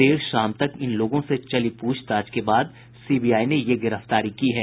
देर शाम तक इन लोगों से चली पूछताछ के बाद सीबीआई ने ये गिरफ्तारी की है